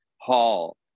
Hall